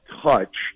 touch